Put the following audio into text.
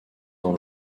dans